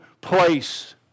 place